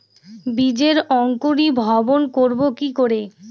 বীজের অঙ্কোরি ভবন করব কিকরে?